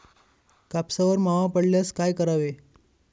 कापसावर मावा पडल्यास काय करावे?